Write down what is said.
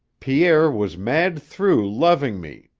pierre was mad through loving me,